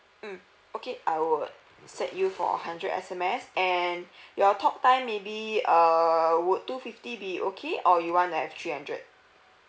mm okay I would set you for hundred S_M_S and your talk time maybe err would two fifty be okay or you want to have three hundred